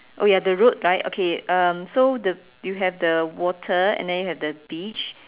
oh ya the road right okay um so the you have the water and then you have the beach